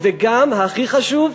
וגם, הכי חשוב,